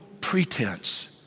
pretense